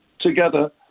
together